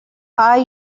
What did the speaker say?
are